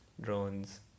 drones